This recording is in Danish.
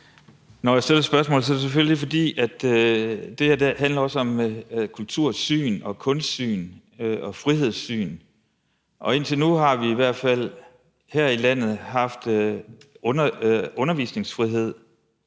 Når jeg stiller spørgsmålet, er det selvfølgelig, fordi det her også handler om kultursyn og kunstsyn og frihedssyn, og indtil nu har vi i hvert fald her i landet haft undervisningsfrihed,